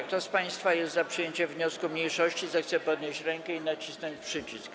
Kto z państwa jest za przyjęciem wniosku mniejszości, zechce podnieść rękę i nacisnąć przycisk.